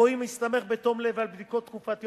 או אם הסתמך בתום לב על בדיקות תקופתיות